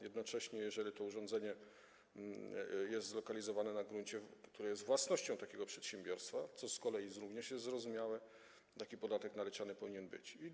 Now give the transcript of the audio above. Jednocześnie jeżeli to urządzenie jest zlokalizowane na gruncie, który jest własnością takiego przedsiębiorstwa - co z kolei również jest zrozumiałe - taki podatek powinien być naliczany.